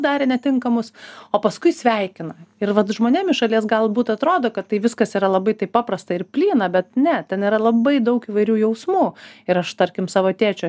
darė netinkamus o paskui sveikina ir vat žmonėms iš šalies galbūt atrodo kad tai viskas yra labai taip paprasta ir plyna bet ne ten labai daug įvairių jausmų ir aš tarkim savo tėčio